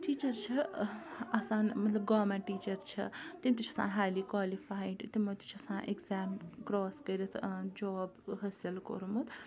teacher چھُ آسان مطلب گورمیٚنٛٹ ٹیٖچَر چھِ تِم تہِ چھِ آسان ہایلی کالِفایڈ تِمو تہِ چھِ آسان ایٚکزام کرٛاس کٔرِتھ جاب حٲصِل کوٚرمُت